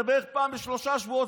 זה בערך פעם בשלושה שבועות,